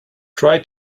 try